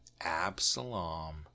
Absalom